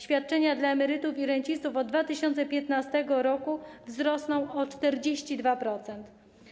Świadczenia dla emerytów i rencistów od 2015 r. wzrosną o 42%.